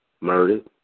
murdered